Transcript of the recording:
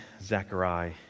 Zechariah